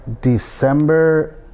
December